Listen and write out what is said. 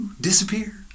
disappear